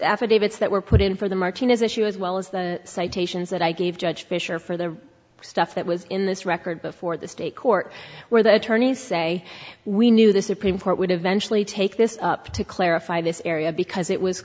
affidavits that were put in for the martinez issue as well as the citations that i gave judge fisher for the stuff that was in this record before the state court where the attorneys say we knew the supreme court would eventually take this up to clarify this area because it was